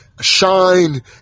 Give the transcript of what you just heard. shine